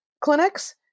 Clinics